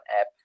app